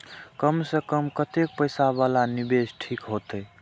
कम से कम कतेक पैसा वाला निवेश ठीक होते?